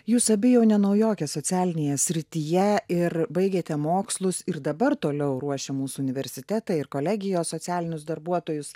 jūs abi jau ne naujokės socialinėje srityje ir baigėte mokslus ir dabar toliau ruošia mūsų universitetai ir kolegijos socialinius darbuotojus